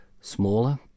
smaller